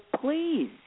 please